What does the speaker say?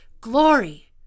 glory